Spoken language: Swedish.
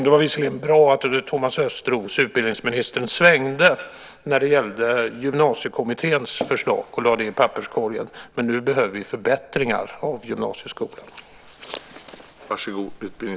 Det var visserligen bra att utbildningsminister Thomas Östros svängde när det gällde Gymnasiekommitténs förslag och lade det i papperskorgen, men nu behövs förbättringar av gymnasieskolan.